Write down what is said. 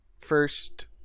first